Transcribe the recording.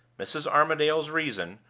mrs. armadale's reason,